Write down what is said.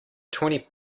twenty